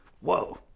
whoa